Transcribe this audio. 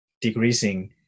decreasing